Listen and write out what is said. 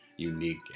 unique